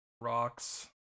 rocks